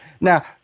Now